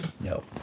No